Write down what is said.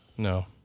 No